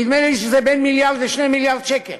נדמה לי שזה בין מיליארד ל-2 מיליארד שקל